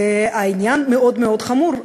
והעניין מאוד מאוד חמור.